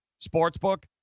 Sportsbook